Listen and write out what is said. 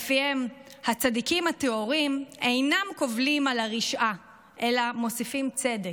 שלפיהם "הצדיקים הטהורים אינם קובלים על הרשעה אלא מוסיפים צדק".